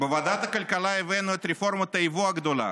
בוועדת הכלכלה הבאנו את רפורמת היבוא הגדולה.